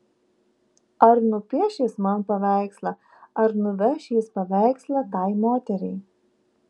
ar nupieš jis man paveikslą ar nuveš jis paveikslą tai moteriai